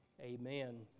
amen